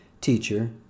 Teacher